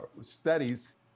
studies